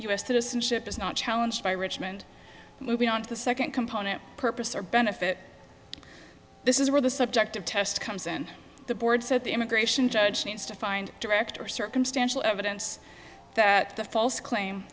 s citizenship is not challenge by richmond moving on to the second component purpose or benefit this is where the subjective test comes in the board said the immigration judge needs to find director circumstantial evidence that the false claim